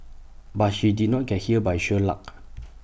but she did not get here by sheer luck